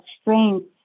strength